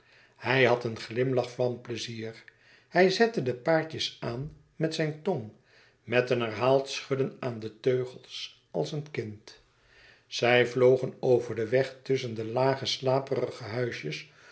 hij had een glimlach van pleizier hij zette de paardjes aan met zijn tong met een herhaald schudden aan de teugels als een kind zij vlogen over den weg tusschen de lage slaperige huisjes